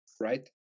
right